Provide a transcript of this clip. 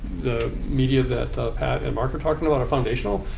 the media that pat and mark are talking about, are foundational.